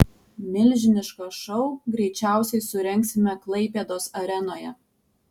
milžinišką šou greičiausiai surengsime klaipėdos arenoje